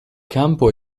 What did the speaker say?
campo